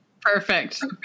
Perfect